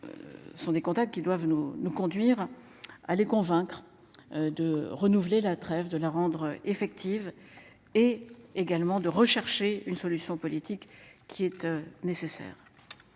Sont des contacts qui doivent nous conduire à les convaincre. De renouveler la trêve de la rendre effective est également de rechercher une solution politique qui est nécessaire.